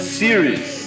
series